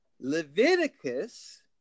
Leviticus